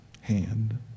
hand